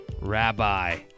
Rabbi